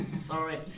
Sorry